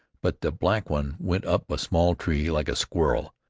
but the black one went up a small tree like a squirrel.